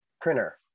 printer